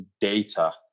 data